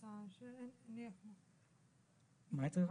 בעצם מטופלת פוריות אני גרה בשומרון,